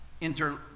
inter